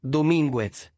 Dominguez